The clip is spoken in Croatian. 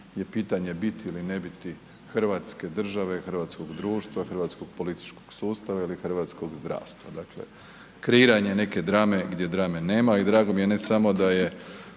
je pitanje biti ili ne biti hrvatske države, hrvatskog društva, hrvatskog političkog sustava ili hrvatskog zdravstva, dakle kreiranje neke drame gdje drame nema i drago mi je ne samo da je